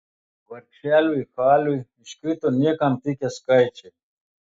vargšeliui haliui iškrito niekam tikę skaičiai